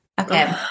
Okay